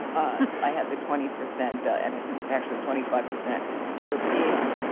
i had the twenty percent and i think actually twenty five percent european.